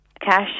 cash